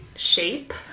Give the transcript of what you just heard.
shape